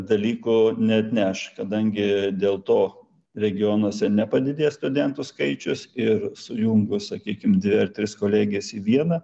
dalykų neatneš kadangi dėl to regionuose nepadidės studentų skaičius ir sujungus sakykim dvi ar tris kolegijas į vieną